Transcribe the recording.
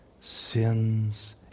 sins